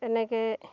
তেনেকৈ